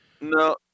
No